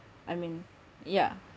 I mean yeah